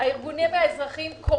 הארגונים האזרחיים קורסים.